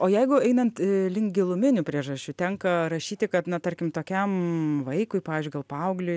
o jeigu einant link giluminių priežasčių tenka rašyti kad na tarkim tokiam vaikui pavyzdžiui gal paaugliui